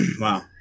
Wow